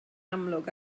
amlwg